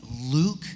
Luke